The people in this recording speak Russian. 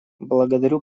благодарю